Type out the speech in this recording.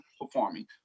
performing